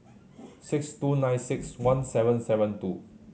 six two nine six one seven seven two